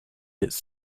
its